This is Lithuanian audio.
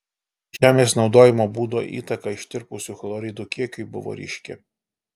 žemės naudojimo būdo įtaka ištirpusių chloridų kiekiui buvo ryški